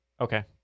Okay